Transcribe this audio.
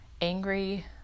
angry